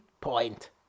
point